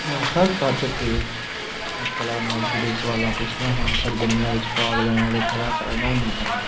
ਮੈਂ ਹਰ ਇਕੱਠ 'ਤੇ ਮੈਂ ਕਲਾ ਨਾਲ ਜੁੜੇ ਸਵਾਲਾਂ ਪੁੱਛਦਾ ਹਾਂ ਸਰਗਮੀਆਂ ਵਿੱਚ ਭਾਗ ਲੈਣ ਵਾਲੇ ਕਲਾਕਾਰਾਂ ਨਾਲ ਮਿਲਦਾ ਹਾਂ